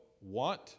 want